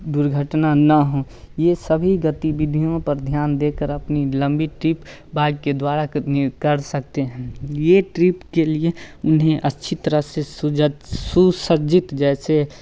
दुर्घटना ना हो यह सभी गतिविधियों पर ध्यान देकर अपनी लंबी ट्रिप बाइक के द्वारा करने कर सकते हैं यह ट्रिप के लिए उन्हें अच्छी तरह से सुजग सुसज्जित जैसे